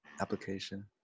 application